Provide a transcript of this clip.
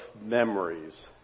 memories